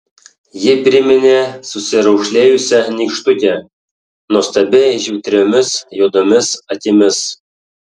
ji priminė susiraukšlėjusią nykštukę nuostabiai žvitriomis juodomis akimis